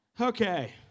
Okay